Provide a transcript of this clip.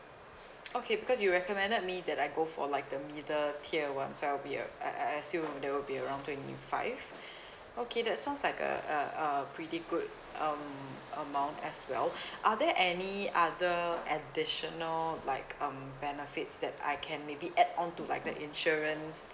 okay because you recommended me that I go for like the middle tier [one] so I'll be um I I assume that will be around twenty five okay that sounds like a uh a pretty good um amount as well are there any other additional like um benefits that I can maybe add on to like the insurance